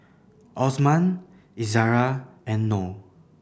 Osman Izara and Noh